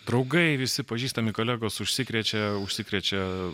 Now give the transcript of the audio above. draugai visi pažįstami kolegos užsikrečia užsikrečia